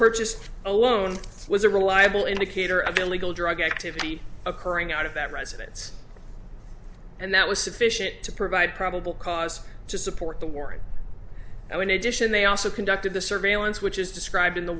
purchased alone was a reliable indicator of illegal drug activity occurring out of that residence and that was sufficient to provide probable cause to support the war and now in addition they also conducted the survey allowance which is described in the